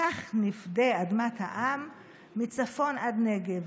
/ כך נפדה אדמת העם / מצפון עד נגב".